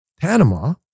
Panama